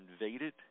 invaded